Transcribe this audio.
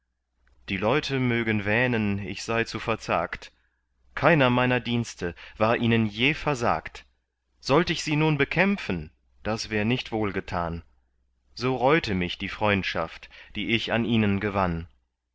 die leute mögen wähnen ich sei zu verzagt keiner meiner dienste war ihnen je versagt sollt ich sie nun bekämpfen das wär nicht wohlgetan so reute mich die freundschaft die ich an ihnen gewann